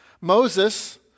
Moses